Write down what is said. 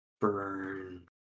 Burn